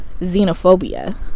xenophobia